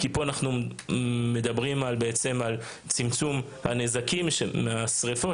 כי פה אנחנו מדברים על צמצום הנזקים מהשריפות.